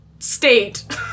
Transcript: state